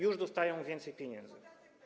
Już dostają więcej pieniędzy.